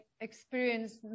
experienced